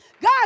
God